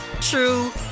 true